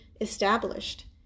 established